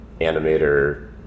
animator